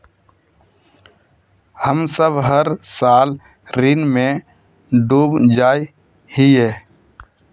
हम सब हर साल ऋण में डूब जाए हीये?